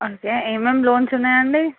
okay ఏమేమి loans ఉన్నాయండి